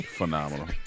Phenomenal